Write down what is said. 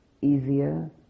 easier